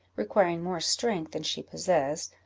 requiring more strength than she possessed,